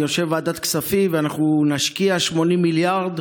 אני יושב בוועדת הכספים, ואנחנו נשקיע 80 מיליארד.